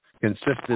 consisted